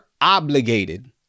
obligated